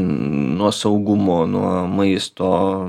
nuo saugumo nuo maisto